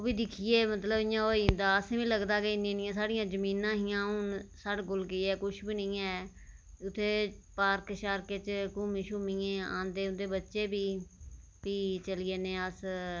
उब्भी दिक्खियै मतलब इ'यां होई जंदा अस बी पैह्लें इन्नी इन्नियां साढ़ियां जमीनां हियां हून साढ़े कोल किश बी निं ऐ उत्थै पार्क शार्क औंदे उं'दे बच्चे भी चली जन्ने अस